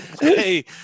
Hey